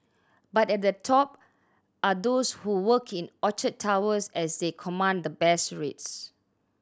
but at the top are those who work in Orchard Towers as they command the best rates